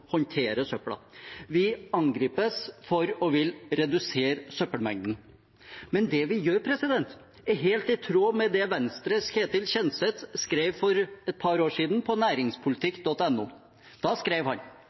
Vi angripes for å ville redusere søppelmengden. Men det vi gjør, er helt i tråd med det Venstres Ketil Kjenseth skrev for et par år siden på naringspolitikk.no. Da skrev han: